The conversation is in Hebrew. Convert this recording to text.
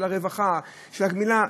לרווחה: הגמילה,